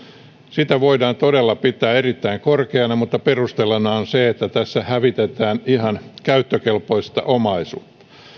sitä voidaan todella pitää erittäin korkeana mutta perusteluna on se että tässä hävitetään ihan käyttökelpoista omaisuutta